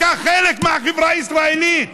אתה חלק מהחברה הישראלית.